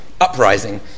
Uprising